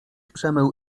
przemył